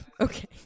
Okay